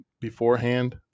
beforehand